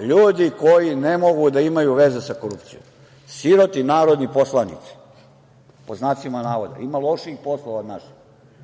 ljudi koji ne mogu da imaju veze sa korupcijom. Siroti narodni poslanik, pod znacima navoda, ima lošijih poslova od